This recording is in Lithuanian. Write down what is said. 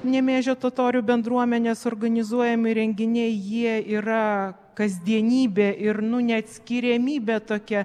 nemėžio totorių bendruomenės organizuojami renginiai jie yra kasdienybė ir nu neatskiriamybė tokia